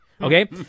okay